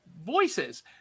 voices